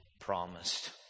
promised